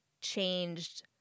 changed